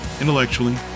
intellectually